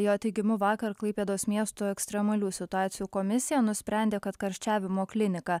jo teigimu vakar klaipėdos miesto ekstremalių situacijų komisija nusprendė kad karščiavimo klinika